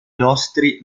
nostri